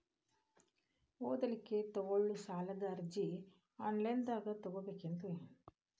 ಓದಲಿಕ್ಕೆ ತಗೊಳ್ಳೋ ಸಾಲದ ಅರ್ಜಿ ಆನ್ಲೈನ್ದಾಗ ತಗೊಬೇಕೇನ್ರಿ?